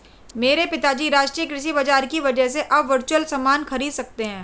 मेरे पिताजी राष्ट्रीय कृषि बाजार की वजह से अब वर्चुअल सामान खरीद सकते हैं